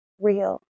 real